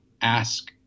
ask